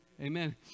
Amen